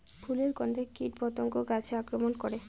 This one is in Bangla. ফুলের গণ্ধে কীটপতঙ্গ গাছে আক্রমণ করে?